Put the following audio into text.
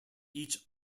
each